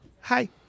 Hi